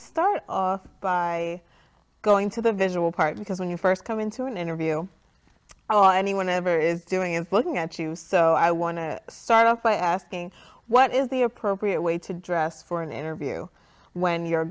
start off by going to the visual part because when you first come into an interview oh anyone ever is doing and poking at you so i want to start off by asking what is the appropriate way to dress for an interview when you're